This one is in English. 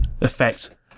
effect